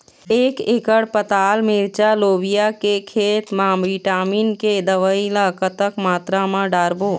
एक एकड़ पताल मिरचा लोबिया के खेत मा विटामिन के दवई ला कतक मात्रा म डारबो?